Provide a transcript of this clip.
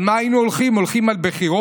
על מה היינו הולכים, הולכים לבחירות?